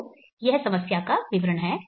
तो यह समस्या का विवरण है